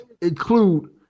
include